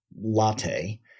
latte